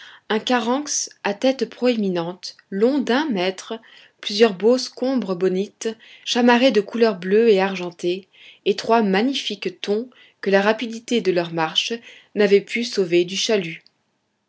un caranx à tête proéminente long d'un mètre plusieurs beaux scombres bonites chamarrés de couleurs bleues et argentées et trois magnifiques thons que la rapidité de leur marche n'avait pu sauver du chalut